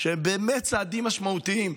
שהם באמת צעדים משמעותיים.